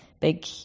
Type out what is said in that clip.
big